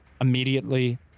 immediately